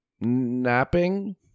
napping